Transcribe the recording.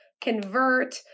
convert